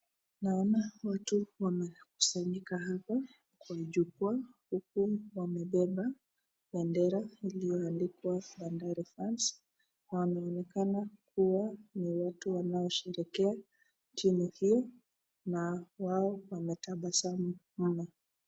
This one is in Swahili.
Naona watu wamekusanyika hapa kwa jukwaa huku wamebeba bendera iliyo andikwa Bandari Fans. Wanaonekana kuwa ni watu wanao sherehekea timu hiyo na wao wanatabasamu mno.